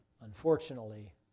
unfortunately